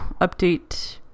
update